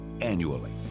annually